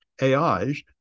AIs